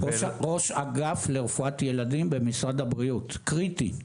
ראש אגף לרפואת ילדים במשרד הבריאות קריטי.